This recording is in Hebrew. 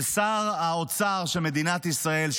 של שר האוצר של מדינת ישראל,